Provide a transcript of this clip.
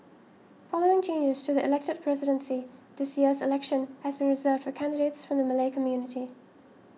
following changes to the elected presidency this year's election has been reserved for candidates from the Malay community